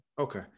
Okay